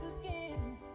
again